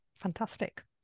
fantastic